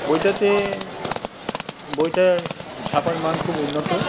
বইটাতে বইটার ছাপার মান খুব উন্নত